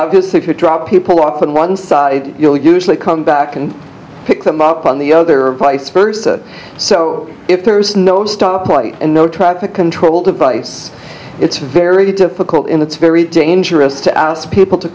obviously if you drop people off and one side you'll usually come back and pick them up on the other vice versa so if there is no stoplight and no traffic control device it's very difficult in it's very dangerous to ask people to